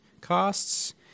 costs